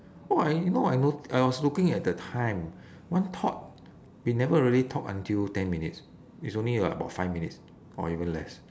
!wah! you know I wa~ I was looking at the time one talk we never really talk until ten minutes it's only like about five minutes or even less